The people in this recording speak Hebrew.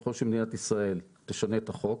ככל שמדינת ישראל תשנה את החוק